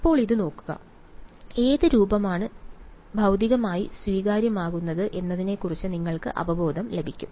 ഇപ്പോൾ ഇത് നോക്കുക ഏത് രൂപമാണ് ഭൌതികമായി സ്വീകാര്യമാകുന്നത് എന്നതിനെക്കുറിച്ച് നിങ്ങൾക്ക് അവബോധം ലഭിക്കും